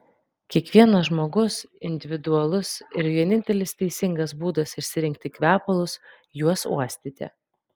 kiekvienas žmogus individualus ir vienintelis teisingas būdas išsirinkti kvepalus juos uostyti